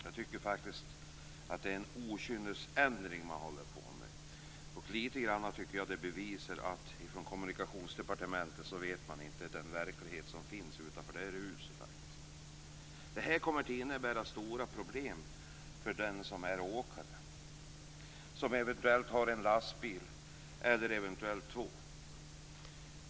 Jag tycker faktiskt att detta är en okynnesändring. Det visar att Kommunikationsdepartementet inte är bekant med verkligheten utanför de egna väggarna. Detta kommer att innebära stora problem för den som är åkare och har en lastbil eller eventuellt två.